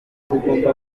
urukundo